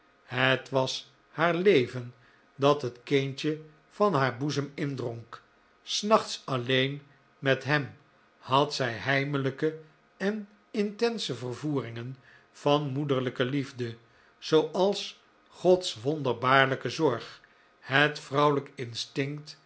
het was haar leven dat het kindje van haar boezem indronk s nachts alleen met hem had zij heimelijke en intense vervoeringen van moederlijke liefde zooals gods wonderbaarlijke zorg het vrouwelijk instinct